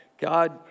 God